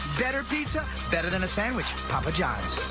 better pizza. better than a sandwich. papa john's.